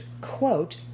quote